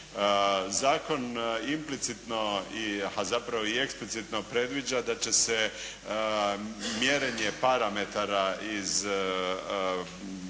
Zakon implicitno, a zapravo i eksplicitno predviđa da će se mjerenje parametara iz